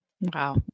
Wow